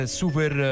super